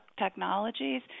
technologies